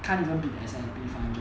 can't even bid the S&P funds